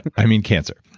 i mean cancer.